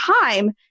time